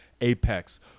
apex